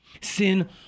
Sin